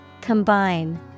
Combine